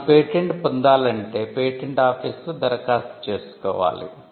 మనం పేటెంట్ పొందాలంటే పేటెంట్ ఆఫీసులో ధరఖాస్తు చేసుకోవాలి